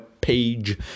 page